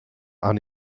han